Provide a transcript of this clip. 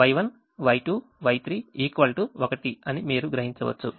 Y1 Y2 Y3 1 అని మీరు గ్రహించవచ్చు